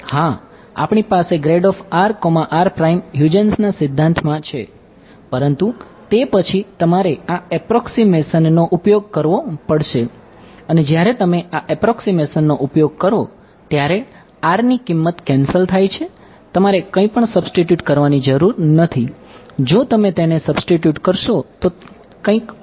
હાં આપણી પાસે હ્યુજેન્સ કરવાની જરૂર નથી જો તમે તેને સબ્સ્ટિટ્યુટ કરશો તો કંઇક ખોટું કરી રહ્યા છો